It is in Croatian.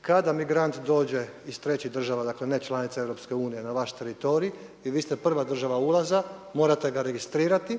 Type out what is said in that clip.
kada migrant dođe iz trećih država, dakle ne članica EU na vaš teritorij i vi ste prva država ulaza morate ga registrirati,